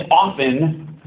often